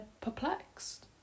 perplexed